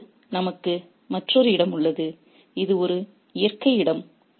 இப்போது நமக்கு மற்றொரு இடம் உள்ளது இது ஒரு இயற்கை இடம்